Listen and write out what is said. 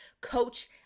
coach